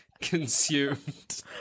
consumed